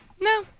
No